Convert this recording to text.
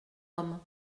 homme